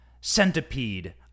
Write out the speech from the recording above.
centipede